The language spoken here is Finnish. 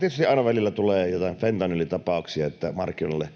Tietysti aina välillä tulee jotain fentanyylitapauksia, että markkinoille